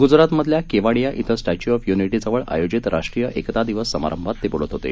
गुजराथ मधल्या केवाडीआ इथं Statue of Unity जवळ आयोजित राष्ट्रीय एकता दिवस समारंभात ते बोलत होते